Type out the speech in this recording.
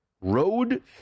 road